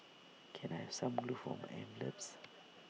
can I have some glue for my envelopes